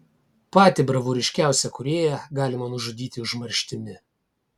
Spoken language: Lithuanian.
patį bravūriškiausią kūrėją galima nužudyti užmarštimi